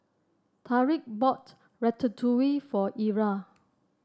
Tyrik bought Ratatouille for Ira